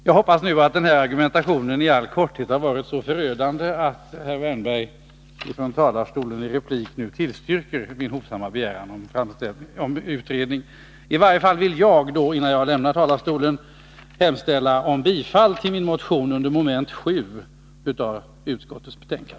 Jag hoppas nu att min i all korthet förda argumentation har varit så förödande att herr Wärnberg i sin replik tillstyrker min hovsamma begäran om en utredning. Jag hemställer om bifall till min motion, som är upptagen under mom. 7 i utskottets hemställan.